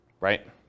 right